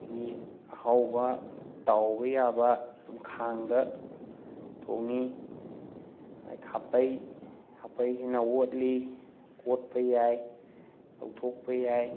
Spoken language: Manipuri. ꯑꯗꯒꯤ ꯑꯍꯥꯎꯕ ꯇꯥꯎꯕ ꯌꯥꯕ ꯈꯥꯡꯗ ꯊꯣꯡꯉꯤ ꯑꯗꯩ ꯈꯥꯕꯩ ꯈꯥꯕꯩꯁꯤꯅ ꯑꯣꯠꯂꯤ ꯀꯣꯠꯄ ꯌꯥꯏ ꯂꯧꯊꯣꯛꯄ ꯌꯥꯏ